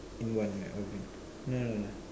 in one yeah okay no no no no no